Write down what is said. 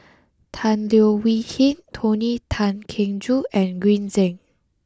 Tan Leo Wee Hin Tony Tan Keng Joo and Green Zeng